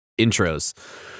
intros